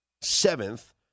seventh